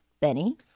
benny